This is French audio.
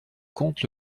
compte